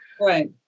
right